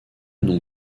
non